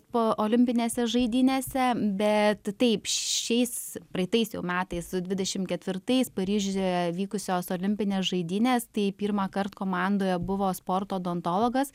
po olimpinėse žaidynėse bet taip šiais praeitais jau metais dvidešim ketvirtais paryžiuje vykusios olimpinės žaidynės tai pirmą kart komandoje buvo sporto odontologas